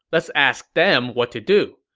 let's ask them what to do.